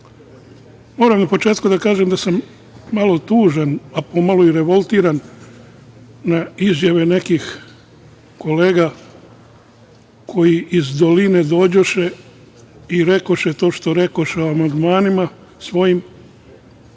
na početku da kažem da sam malo tužan, a pomalo i revoltiran na izjave nekih kolega koji iz doline dođoše i rekoše to što rekoše o amandmanima svojim,